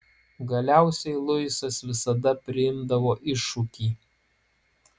galiausiai luisas visada priimdavo iššūkį